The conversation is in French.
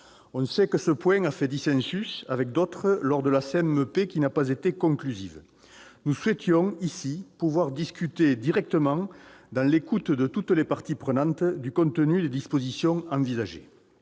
On sait que ce point a fait dissensus, avec d'autres, lors de la commission mixte paritaire qui n'a pas été conclusive. Nous souhaitions ici pouvoir discuter directement, dans l'écoute de toutes les parties prenantes, du contenu des dispositions envisagées.